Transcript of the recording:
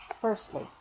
Firstly